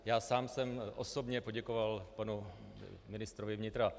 Já sám jsem osobně poděkoval panu ministrovi vnitra.